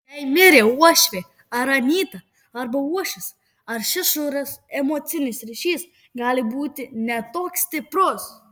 jei mirė uošvė ar anyta arba uošvis ar šešuras emocinis ryšys gali būti ne toks stiprus